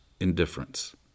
indifference